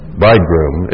bridegroom